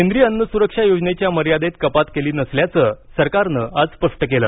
केंद्रीय अन्नस्रक्षा योजनेच्या मर्यादेत कपात केली नसल्याचं सरकारनं आज स्पष्ट केलं